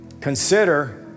Consider